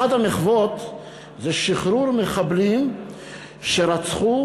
אחת המחוות זה שחרור מחבלים שרצחו